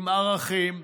עם ערכים,